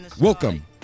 Welcome